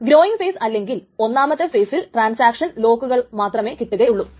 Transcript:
growing phase അല്ലെങ്കിൽ ഒന്നാമത്തെ ഫേസിൽ ട്രാൻസാക്ഷന് ലോക്കുകൾ മാത്രമേ കിട്ടുകയുള്ളൂ